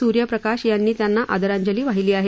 सुर्यप्रकाश यांनी त्यांना आदरांजली वाहिली आहे